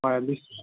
হয় বুজিছো